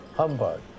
humbug